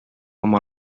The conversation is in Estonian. oma